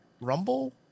Rumble